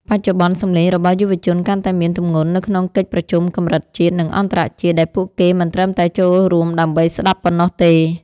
បច្ចុប្បន្ន សំឡេងរបស់យុវជនកាន់តែមានទម្ងន់នៅក្នុងកិច្ចប្រជុំកម្រិតជាតិ និងអន្តរជាតិ ដែលពួកគេមិនត្រឹមតែចូលរួមដើម្បីស្ដាប់ប៉ុណ្ណោះទេ។